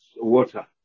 water